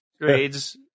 grades